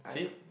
I don't